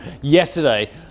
yesterday